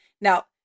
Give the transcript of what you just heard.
Now